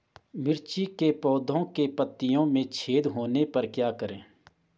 मिर्ची के पौधों के पत्तियों में छेद होने पर क्या करें?